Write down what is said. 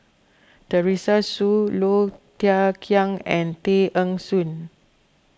Teresa Hsu Low Thia Khiang and Tay Eng Soon